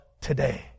today